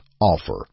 offer